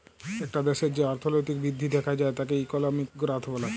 একটা দ্যাশের যে অর্থলৈতিক বৃদ্ধি দ্যাখা যায় তাকে ইকলমিক গ্রথ ব্যলে